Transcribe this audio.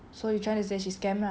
so you trying to say she scam lah